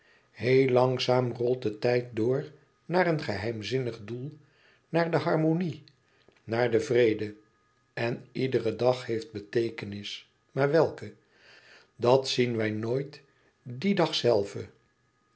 heel langzaam rolt de tijd door naar een geheimzinnig doel naar de harmonie naar den vrede en iedere dag heeft beteekenis maar welke dat zien wij nooit dien dag zelven